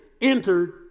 entered